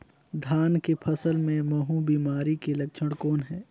धान के फसल मे महू बिमारी के लक्षण कौन हे?